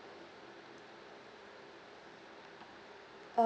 uh